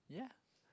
yeah